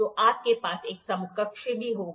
तो आपके पास एक समकक्ष भी होगा